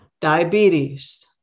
Diabetes